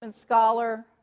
scholar